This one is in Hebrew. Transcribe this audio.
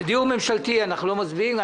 הממשלתי אנחנו לא מצביעים.